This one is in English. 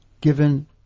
given